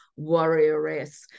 warrioress